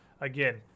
again